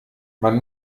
man